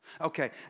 Okay